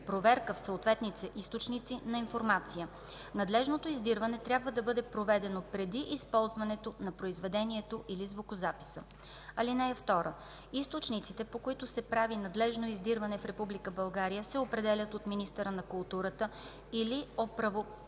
проверка в съответните източници на информация. Надлежното издирване трябва да бъде проведено преди използването на произведението или звукозаписа. (2) Източниците, по които се прави надлежно издирване в Република България, се определят от министъра на културата или от